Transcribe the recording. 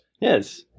Yes